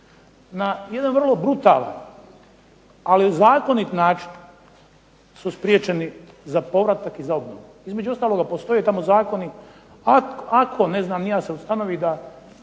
na jedan vrlo brutalan, ali zakonit način su spriječeni za povratak i za obnovu. Između ostaloga postoje tamo zakoni ako ne znam ni ja se ustanovi da